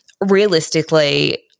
realistically –